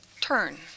turn